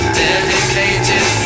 dedicated